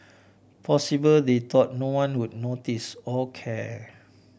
possibly they thought no one would notice or care